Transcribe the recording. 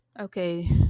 Okay